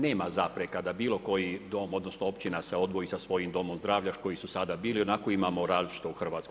Nema zapreka da bilo koji dom, odnosno općina se odvoji sa svojim domom zdravlja koji su sada bili, onako imamo različito u Hrvatskoj.